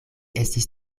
estis